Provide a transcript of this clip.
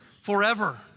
forever